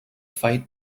fight